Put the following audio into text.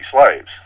slaves